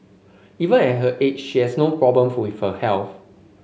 even at her age she has no problem with her health